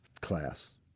class